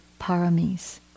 paramis